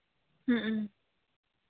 ᱦᱮᱸ